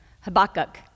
Habakkuk